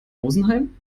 rosenheim